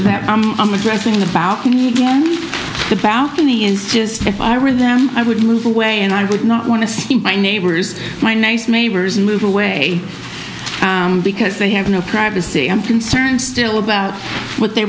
that i'm addressing the balcony to balcony is just if i were them i would move away and i would not want to see my neighbors my nice neighbors move away because they have no privacy i'm concerned still about what they